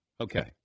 Okay